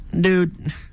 dude